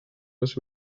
was